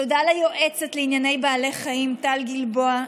תודה ליועצת לענייני בעלי חיים טל גלבוע,